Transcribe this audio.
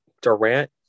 Durant